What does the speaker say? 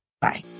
Bye